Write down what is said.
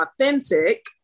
authentic